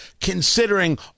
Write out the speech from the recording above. considering